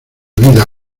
vida